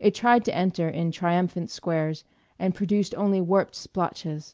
it tried to enter in triumphant squares and produced only warped splotches